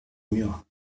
mur